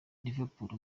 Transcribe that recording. liverpool